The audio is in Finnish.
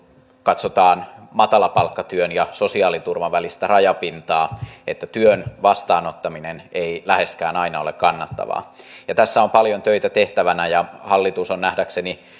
katsotaan matalapalkkatyön ja sosiaaliturvan välistä rajapintaa työn vastaanottaminen ei läheskään aina ole kannattavaa tässä on paljon töitä tehtävänä ja hallitus on nähdäkseni